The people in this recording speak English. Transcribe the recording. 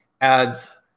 adds